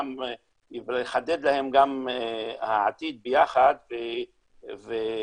לחדד להם גם את העתיד ביחד ולהגיד